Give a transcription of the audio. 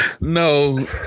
no